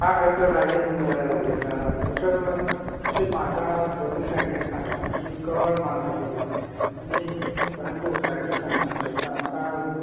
हां डॉक्टर राजेंद्र उलयता डॉक्टर अशें म्हाका दोनीय सायडीच्यान फाटल्यान अशीं कळ मारून अशी येता आनी सामको उसळटा सणसणटा आनी म्हाका